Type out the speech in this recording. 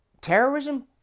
Terrorism